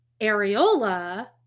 Areola